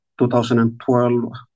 2012